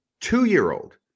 two-year-old